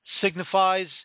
signifies